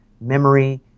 memory